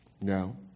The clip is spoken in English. No